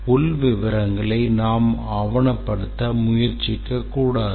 உள் விவரங்களை நாம் ஆவணப்படுத்த முயற்சிக்கக்கூடாது